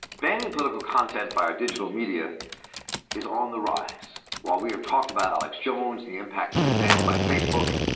banning political content via digital media is on the rise. while we have talked about alex jones, the impact of his banning by facebook,